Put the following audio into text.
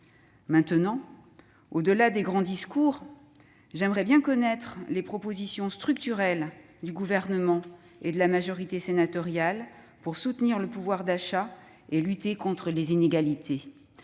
Maintenant, au-delà des grands discours, j'aimerais bien connaître les propositions structurelles du Gouvernement et de la majorité sénatoriale pour soutenir le pouvoir d'achat et lutter contre les inégalités.